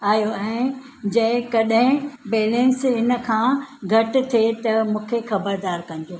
आहियो ऐं जेकॾहिं बैलेंस इन खां घटि थिए त मूंखे ख़बरदार कजो